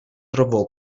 trovò